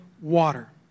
water